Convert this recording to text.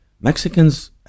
Mexicans